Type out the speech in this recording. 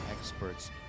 experts